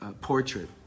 portrait